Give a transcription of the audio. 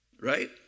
Right